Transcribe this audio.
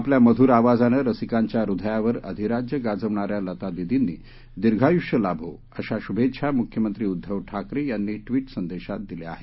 आपल्या मधूर आवाजानं रसिकांच्या हृदयावर अधिराज्य गाजवणा या लतादिदिंनी दिर्घायुष्य लाभो अशा शुभेच्छा मुख्यमंत्री उद्दव ठाकरे यांनी ट्विट संदेशात दिल्या आहेत